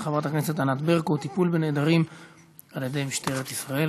של חברת הכנסת ענת ברקו: טיפול משטרת ישראל